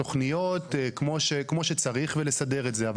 התוכניות כמו שצריך ולסדר את זה --- נו?